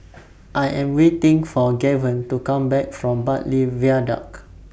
I Am waiting For Gaven to Come Back from Bartley Viaduct